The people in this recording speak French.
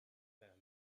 faire